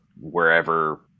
wherever